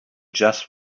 just